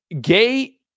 gay